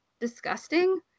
disgusting